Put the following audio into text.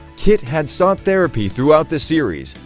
kit had sought therapy throughout the series.